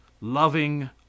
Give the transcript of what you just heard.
loving